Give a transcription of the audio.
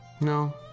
no